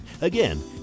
Again